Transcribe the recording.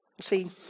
see